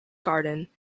garden